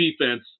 defense